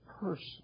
person